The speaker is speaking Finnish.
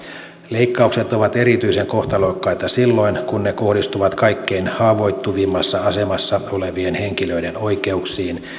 leikkaukset ovat erityisen kohtalokkaita silloin kun ne kohdistuvat kaikkein haavoittuvimmassa asemassa olevien henkilöiden oikeuksiin